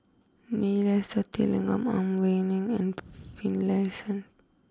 Neila Sathyalingam Ang Wei Neng and Finlayson